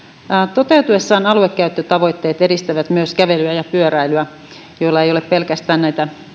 toteutuessaan aluekäyttötavoitteet edistävät myös kävelyä ja pyöräilyä joilla ei ole pelkästään näitä